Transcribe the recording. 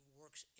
works